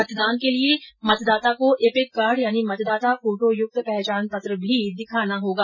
मतदान के लिए मतदाता को इपिक कार्ड यानि मतदाता फोटो युक्त पहचान पत्र भी दिखाना होगा